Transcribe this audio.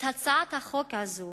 את הצעת החוק הזאת